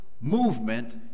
movement